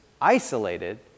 isolated